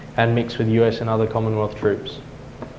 and mix with us and other commonwealth troops.